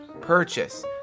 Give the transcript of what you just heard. purchase